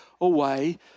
away